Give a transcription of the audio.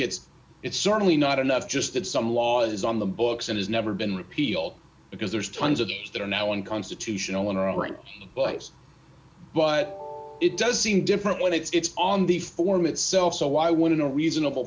it's it's certainly not enough just that some laws on the books and has never been repealed because there's tons of that are now unconstitutional are in place but it does seem different when it's on the form itself so why wouldn't a reasonable